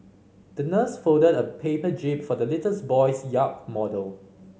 the nurse folded a paper jib for the little boy's yacht model